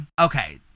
Okay